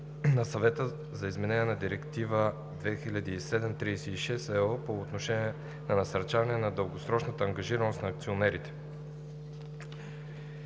на Съвета за изменение на Директива 2007/36/ЕО по отношение на насърчаването на дългосрочната ангажираност на акционерите.